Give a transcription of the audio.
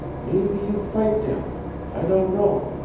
maybee you fight dem i don' know.